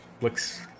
looks